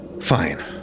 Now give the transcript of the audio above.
Fine